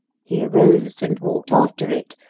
he arose and walked after it,